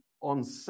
on